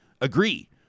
agree